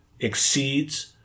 exceeds